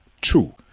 two